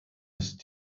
ist